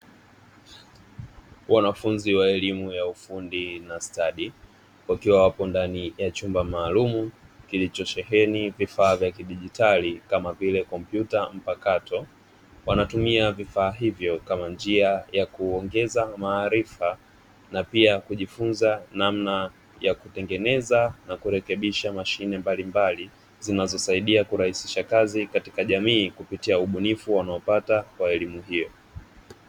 Wanafunzi wa elimu ya ufundi na stadi wakiwa wako ndani ya chumba maalum kilicho sheheni vifaa vya kidijitali kama vile kompyuta mpakato, wanatumia vifaa hivyo kama njia ya kuongeza na pia kujifunza namna ya kutengeneza na kurekebisha mashine mbalimbali zinazosaidia kurahisisha kazi katika jamii kupitia ubunifu wanaopata wa elimu hiyo.